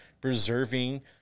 preserving